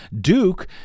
Duke